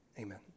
Amen